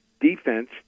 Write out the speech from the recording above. defense